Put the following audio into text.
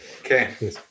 Okay